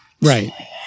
Right